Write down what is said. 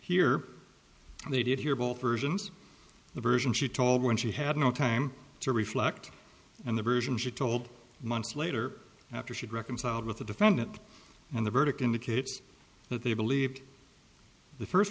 and they did hear both versions the version she told when she had no time to reflect and the version she told months later after she'd reconciled with the defendant and the verdict indicates that they believed the first